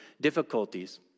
difficulties